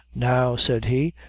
now, said he,